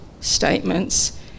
statements